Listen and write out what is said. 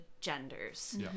genders